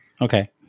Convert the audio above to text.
Okay